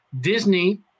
Disney